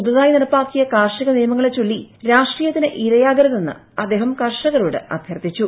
പുതുതായി നടപ്പാക്കിയ കാർഷിക നിയമങ്ങളെചൊല്ലി രാഷ്ട്രീയത്തിന് ഇരയാകരുതെന്ന് അദ്ദേഹം കർഷകരോട് അഭ്യർത്ഥിച്ചു